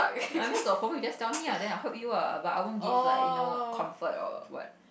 I mean got problem you just tell me ah then I just help you ah but I won't give like you know comfort or what